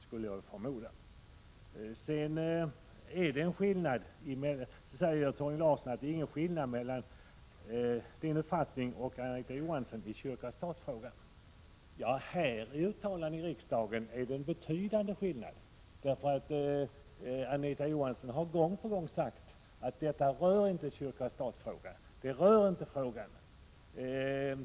Torgny Larsson säger vidare att det inte är någon skillnad i uppfattning mellan honom och Anita Johansson i kyrka—stat-frågan. Här i riksdagen uttalar ni klart skilda uppfattningar. Anita Johansson har gång på gång sagt att organisationen för folkbokföring inte rör kyrka—stat-frågan.